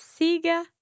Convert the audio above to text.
Siga